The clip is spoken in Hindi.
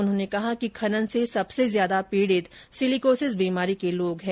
उन्होंने कहा कि खनन से सबसे ज्यादा पीड़ित सिलीकोसिस बीमारी के लोग है